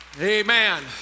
Amen